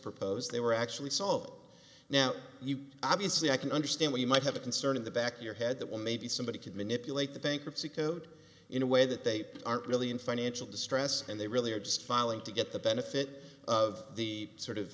proposed they were actually saw now obviously i can understand why you might have a concern in the back your head that well maybe somebody could manipulate the bankruptcy code in a way that they aren't really in financial distress and they really are just filing to get the benefit of the sort of